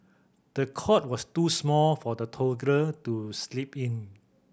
the cot was too small for the toddler to sleep in